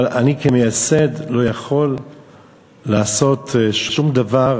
אבל אני כמייסד לא יכול לעשות שום דבר,